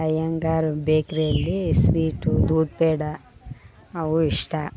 ಅಯ್ಯಂಗಾರ್ ಬೇಕ್ರಿಯಲ್ಲಿ ಸ್ವೀಟು ದೂದ್ ಪೇಡ ಅವು ಇಷ್ಟ